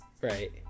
Right